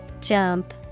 Jump